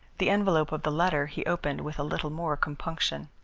the envelope of the letter he opened with a little more compunction.